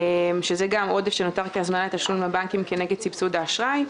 שגם הוא עודף שנותר כהזמנת תשלום לבנקים כנגד סבסוד האשראי,